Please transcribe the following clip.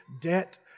debt